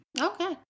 Okay